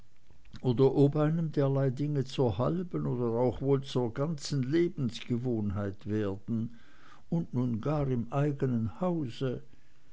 oder ob einem derlei dinge zur halben oder auch wohl zur ganzen lebensgewohnheit werden und nun gar im eigenen hause